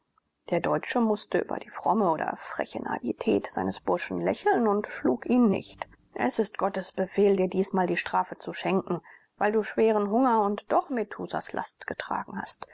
der deutsche mußte über die fromme oder freche naivität seines burschen lächeln und schlug ihn nicht es ist gottes befehl dir diesmal die strafe zu schenken weil du schweren hunger und doch metusahs last getragen hast